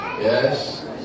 Yes